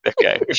Okay